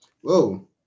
Whoa